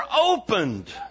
opened